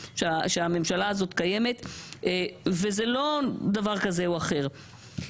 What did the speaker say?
שהממשלה הזאת קיימת וזה לא דבר כזה או אחר.